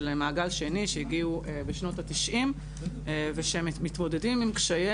של מעגל שני שהגיעו בשנות ה-90' ושהם מתמודדים עם קשיי